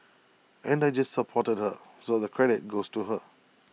and I just supported her so the credit goes to her